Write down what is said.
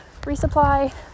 resupply